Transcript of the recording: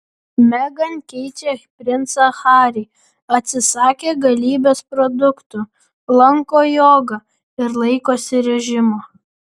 meghan keičia princą harį atsisakė galybės produktų lanko jogą ir laikosi režimo